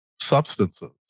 substances